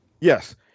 Yes